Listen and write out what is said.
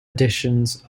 editions